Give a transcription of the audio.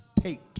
take